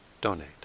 donate